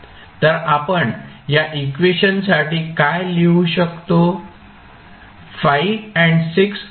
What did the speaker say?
तर आपण या इक्वेशनसाठी काय लिहू शकतो